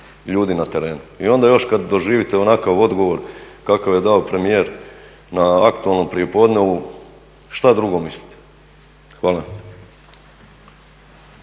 i onda još kada doživite onakav odgovor kakav je dao premijer na aktualnom prijepodnevu šta drugo misliti. Hvala.